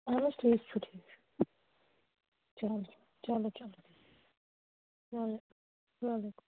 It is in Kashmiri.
اَہن حظ ٹھیٖک چھُ ٹھیٖک چھُ چلو چلو چلو چلو وعلیکُم